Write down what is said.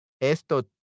Esto